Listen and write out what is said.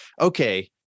okay